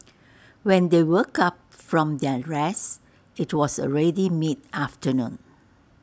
when they woke up from their rest IT was already mid afternoon